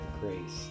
grace